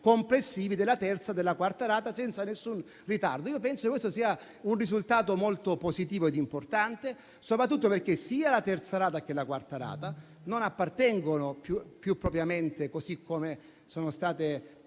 complessivi della terza e della quarta rata senza alcun ritardo. Credo che questo sia un risultato molto positivo e importante, soprattutto perché sia la terza che la quarta rata non appartengono più propriamente all'azione del nostro